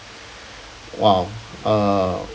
!wow! uh